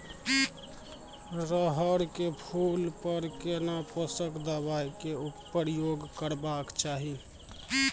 रहर के फूल पर केना पोषक दबाय के प्रयोग करबाक चाही?